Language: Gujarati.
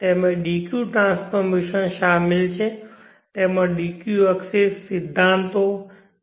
તેમાં dq ટ્રાન્સફોર્મેશન શામેલ છે તેમાં dq એક્સીસ સિદ્ધાંતો